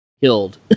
killed